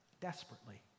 desperately